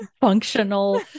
functional